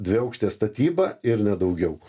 dviaukštė statyba ir ne daugiau